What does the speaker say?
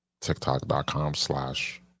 TikTok.com/slash